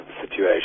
situation